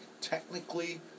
technically